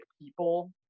people